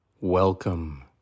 Welcome